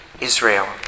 Israel